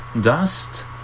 Dust